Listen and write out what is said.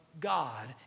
God